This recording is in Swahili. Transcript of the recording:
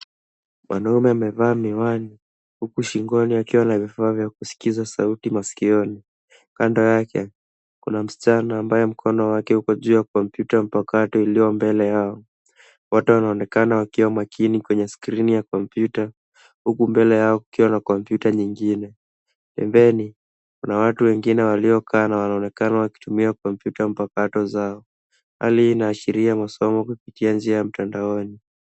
Mwanamume amevaa miwani, huku shingoni akiwa na vifaa vya kusikiza sauti masikioni. Kando yake, kuna msichana ambaye mkono wake uko juu ya kompyuta mpakato iliyo mbele yao. Wote wanaonekana wakiwa makini kwenye skrini ya kompyuta, huku mbele yao kukiwa na kompyuta nyingine. Pembeni, kuna watu wengine waliokaa na wanaonekana wakitumia kompyuta mpakato zao. Hali hii zinaashiria masomo kupitia njia ya mtandaoni.